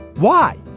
why?